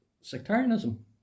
sectarianism